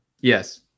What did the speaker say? Yes